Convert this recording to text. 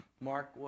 Mark